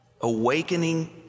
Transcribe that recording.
awakening